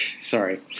Sorry